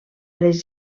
les